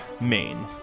Maine